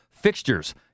fixtures